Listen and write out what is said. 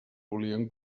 volien